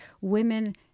women